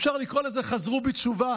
אפשר לקרוא לזה חזרו בתשובה,